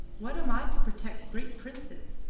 what am i to protect great princes?